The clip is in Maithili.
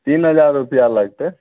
तीन हजार रुपआ लगतै